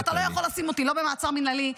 אתה לא יכול לשים אותי לא במעצר מינהלי.